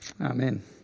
Amen